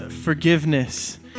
forgiveness